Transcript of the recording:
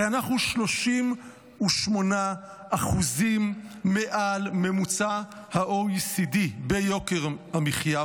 הרי אנחנו 38% מעל ממוצע ה-OECD ביוקר המחיה,